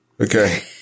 okay